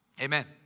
amen